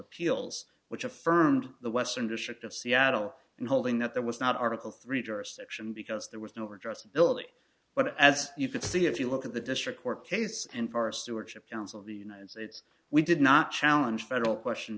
appeals which affirmed the western district of seattle in holding that there was not article three jurisdiction because there was no redress ability but as you can see if you look at the district court case and far stewardship council of the united states we did not challenge federal question